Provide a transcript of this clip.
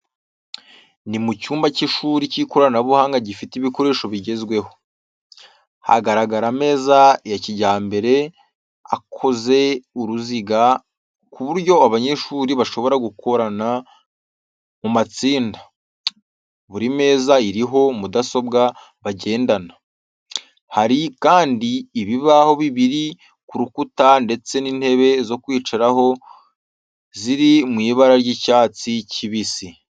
Ni mu cyumba cy’ishuri cy’ikoranabuhanga gifite ibikoresho bigezweho. Haragaragara ameza ya kijyambere akoze uruziga, ku buryo abanyeshuri bashobora gukorana mu matsinda. Buri meza iriho mudasobwa bagendana. Hari kandi ibibaho bibiri ku rukuta ndetse n'intebe zo kwicaraho ziri mu ibara ry'icyatsi kibisi.